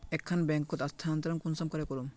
एक खान बैंकोत स्थानंतरण कुंसम करे करूम?